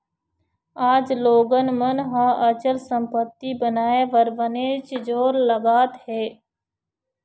आज लोगन मन ह अचल संपत्ति बनाए बर बनेच जोर लगात हें